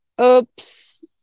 oops